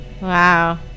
Wow